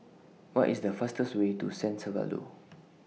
What IS The fastest Way to San Salvador